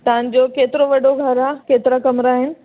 तव्हांजो केतिरो वॾो घरु आहे केतिरा कमरा आहिनि